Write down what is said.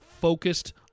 focused